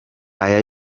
aya